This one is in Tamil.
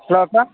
ஹலோ அக்கா